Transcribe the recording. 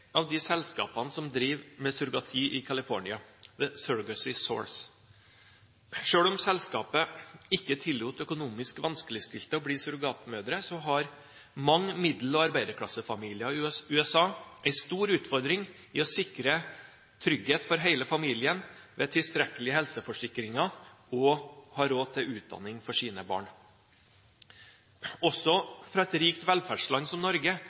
av de selskapene som driver med surrogati i California, «The Surrogacy SOURCE». Selv om selskapet ikke tillater økonomisk vanskeligstilte å bli surrogatmødre, har mange middel- og arbeiderklassefamilier i USA en stor utfordring i å sikre trygghet for hele familien med tilstrekkelige helseforsikringer og råd til utdanning for sine barn. Også fra et rikt velferdsland som Norge